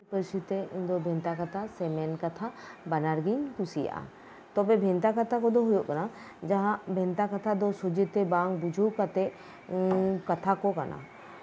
ᱥᱟᱱᱛᱟᱲᱤ ᱯᱟᱹᱨᱥᱤᱛᱮ ᱤᱧ ᱵᱷᱮᱱᱛᱟ ᱠᱟᱛᱷᱟ ᱥᱮ ᱢᱮᱱᱠᱟᱛᱷᱟ ᱵᱟᱱᱟᱨ ᱜᱤᱧ ᱠᱩᱥᱤᱭᱟᱜᱼᱟ ᱛᱚᱵᱮ ᱵᱷᱮᱱᱛᱟ ᱠᱟᱛᱷᱟ ᱠᱚᱫᱚ ᱦᱩᱭᱩᱜ ᱠᱟᱱᱟ ᱡᱟᱦᱟᱸ ᱵᱷᱮᱱᱛᱟ ᱠᱟᱛᱷᱟ ᱫᱚ ᱥᱚᱡᱷᱮᱛᱮ ᱵᱟᱝ ᱵᱩᱡᱷᱟᱹᱣ ᱠᱟᱛᱮᱫ ᱠᱟᱛᱷᱟ ᱠᱚ ᱠᱟᱱᱟ